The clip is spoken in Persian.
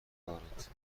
دارند